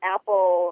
Apple